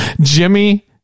jimmy